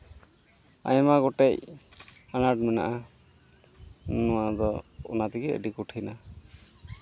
ᱟᱭᱢᱟ ᱜᱚᱴᱮᱡ ᱟᱱᱟᱴ ᱢᱮᱱᱟᱜᱼᱟ ᱱᱚᱣᱟ ᱫᱚ ᱚᱱᱟ ᱛᱮᱜᱮ ᱟᱹᱰᱤ ᱠᱚᱴᱷᱤᱱᱟ